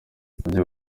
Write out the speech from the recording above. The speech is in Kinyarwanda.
ababyeyi